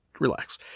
relax